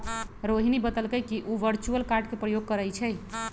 रोहिणी बतलकई कि उ वर्चुअल कार्ड के प्रयोग करई छई